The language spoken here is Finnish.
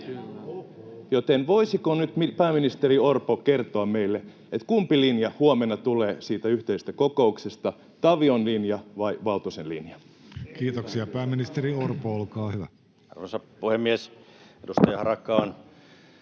Joten voisiko pääministeri Orpo nyt kertoa meille, kumpi linja huomenna tulee siitä yhteisestä kokouksesta, Tavion linja vai Valtosen linja? Kiitoksia. — Pääministeri Orpo, olkaa hyvä. Arvoisa puhemies! Edustaja Harakka